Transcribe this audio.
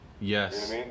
yes